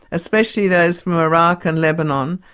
especially those from iraq and lebanon,